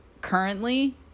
currently